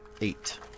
eight